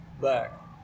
back